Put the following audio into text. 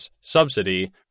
subsidy